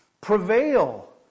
prevail